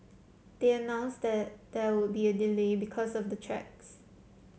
they announced there would be a delay because of the tracks